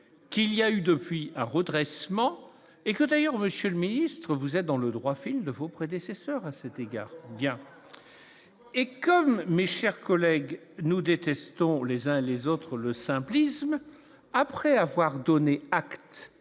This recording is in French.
qu'il y a eu depuis un redressement et que d'ailleurs monsieur le ministre, vous êtes dans le droit fil de vos prédécesseurs à cet égard bien et comme mes chers collègues, nous détestons les uns les autres le simplisme après avoir donné acte.